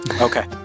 Okay